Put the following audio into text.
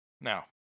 Now